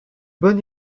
bon